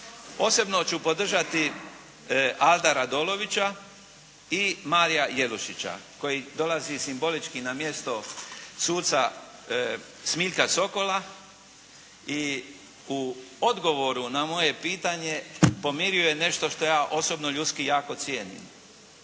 Posebno ću podržati Alda Radolovića i Marija Jelušića koji dolazi simbolički na mjesto suca Smiljka Sokola i u odgovoru na moje pitanje pomirio je nešto što ja osobno ljudski jako cijenim,